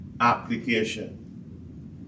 application